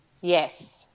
Yes